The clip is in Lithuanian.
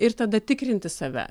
ir tada tikrinti save